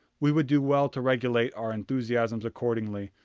we would do well to regulate our enthusiasms accordingly,